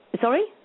Sorry